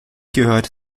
gehört